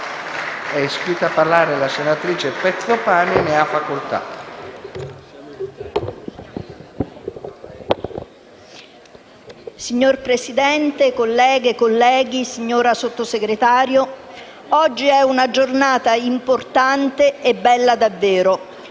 Signor Presidente, colleghe e colleghi, signora Sottosegretario, oggi è una giornata importante e bella davvero.